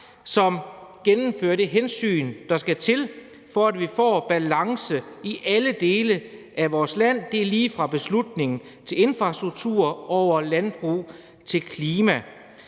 kan gennemføre det, der skal til, for at vi får balance i alle dele af vores land. Det er lige fra beslutninger om infrastruktur over beslutninger